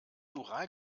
ural